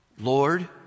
Lord